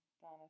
Donna